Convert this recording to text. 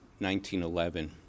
1911